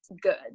good